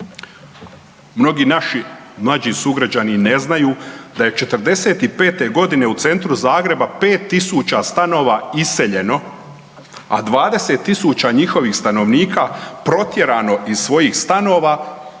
Mnogi naši mlađi sugrađani ne znaju da je '45.g. u centru Zagreba 5.000 stanova iseljeno, a 20.000 njihovih stanovnika protjerano iz svojih stanova